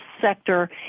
sector